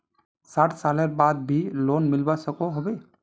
सैट सालेर बाद भी लोन मिलवा सकोहो होबे?